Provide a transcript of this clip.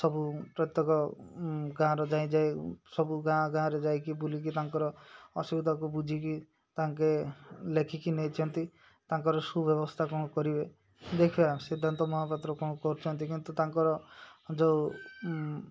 ସବୁ ପ୍ରତ୍ୟେକ ଗାଁର ଯାଇ ଯାଇ ସବୁ ଗାଁ ଗାଁରେ ଯାଇକି ବୁଲିକି ତାଙ୍କର ଅସୁବିଧାକୁ ବୁଝିକି ତାଙ୍କେ ଲେଖିକି ନେଇଛନ୍ତି ତାଙ୍କର ସୁବ୍ୟବସ୍ଥା କ'ଣ କରିବେ ଦେଖିବା ସିଦ୍ଧାନ୍ତ ମହାପାତ୍ର କ'ଣ କରୁଛନ୍ତି କିନ୍ତୁ ତାଙ୍କର ଯେଉଁ